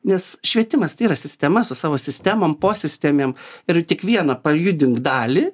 nes švietimas tai yra sistema su savo sistemom posistemėm ir tik vieną pajudink dalį